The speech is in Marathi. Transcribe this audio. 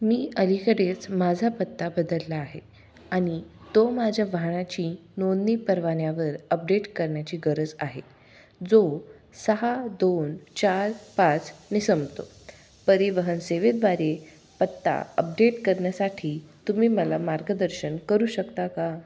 मी अलीकडेच माझा पत्ता बदलला आहे आणि तो माझ्या वाहनाची नोंदणी परवान्यावर अपडेट करण्याची गरज आहे जो सहा दोन चार पाचनी संपतो परिवहन सेवेद्वारे पत्ता अपडेट करण्यासाठी तुम्ही मला मार्गदर्शन करू शकता का